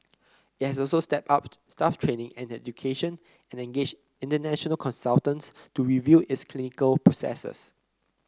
it has also stepped up staff training and education and engaged international consultants to review its clinical processes